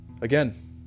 Again